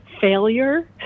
failure